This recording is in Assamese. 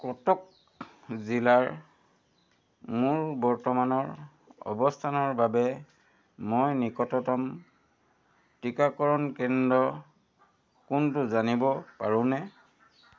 কটক জিলাৰ মোৰ বৰ্তমানৰ অৱস্থানৰ বাবে মই নিকটতম টিকাকৰণ কেন্দ্ৰ কোনটো জানিব পাৰোঁনে